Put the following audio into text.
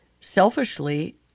selfishly